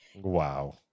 Wow